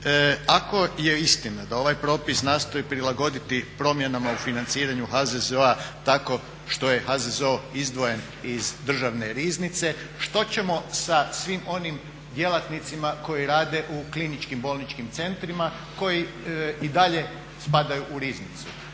Ako je istina da ovaj propis nastoji prilagoditi promjenama u financiranju HZZO-a tako što je HZZO izdvojen iz Državne riznice, što ćemo sa svim onim djelatnicima koji rade u KBC-ima, koji i dalje spadaju u riznicu,